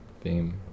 theme